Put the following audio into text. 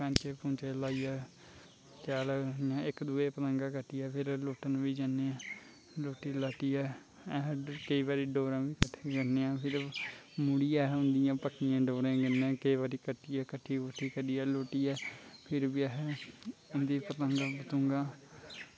पैंचे पुंचे लाइयै शैल इक दूए दियां पतंगा कट्टियै लुट्टन बी जनेआं लुट्टी लुट्टियै आहें केई बारी डोरां बी कट्ठी करनेआं फिर मुड़ियै आहें उन्नियां पक्कियें डोरें कन्नै केई बारी कट्टियै कुट्टियै फिर बी आहें उं'दी पतंगा पतुंगां